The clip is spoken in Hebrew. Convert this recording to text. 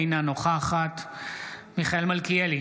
אינה נוכחת מיכאל מלכיאלי,